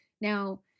now